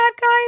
guys